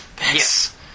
yes